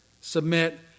submit